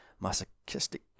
masochistic